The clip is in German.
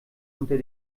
unter